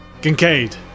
Kincaid